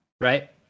right